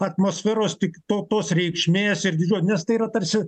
atmosferos tik to tos reikšmės erdvių nes tai yra tarsi